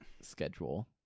schedule